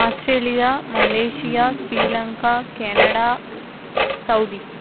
Australia Malaysia Sri Lanka Canada Saudi